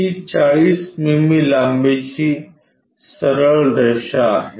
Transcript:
ही 40 मिमी लांबीची सरळ रेषा आहे